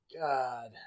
God